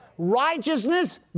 righteousness